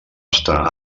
està